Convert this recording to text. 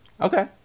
Okay